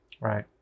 right